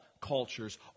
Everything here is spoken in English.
cultures